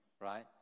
right